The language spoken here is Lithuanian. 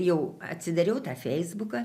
jau atsidariau tą feisbuką